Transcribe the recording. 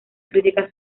críticas